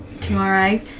tomorrow